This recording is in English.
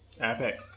Epic